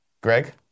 Greg